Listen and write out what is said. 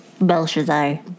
Belshazzar